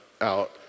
out